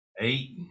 eight